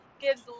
gives